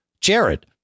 Jared